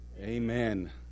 Amen